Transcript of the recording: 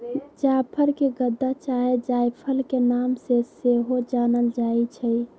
जाफर के गदा चाहे जायफल के नाम से सेहो जानल जाइ छइ